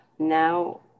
Now